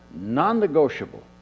non-negotiable